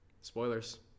Spoilers